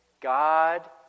God